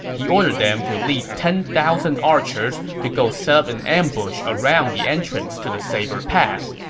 he ordered them to lead ten thousand archers to go set up an ambush around the entrance to the saber pass.